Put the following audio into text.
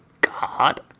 God